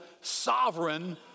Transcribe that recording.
sovereign